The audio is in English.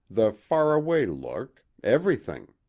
the far-away look everything.